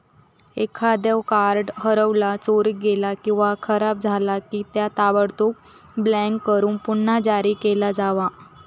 एखादो कार्ड हरवला, चोरीक गेला किंवा खराब झाला की, त्या ताबडतोब ब्लॉक करून पुन्हा जारी केला जावा